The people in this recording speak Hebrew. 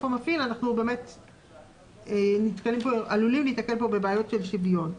המפעיל אנחנו באמת עלולים להיתקל פה בבעיות של שוויון.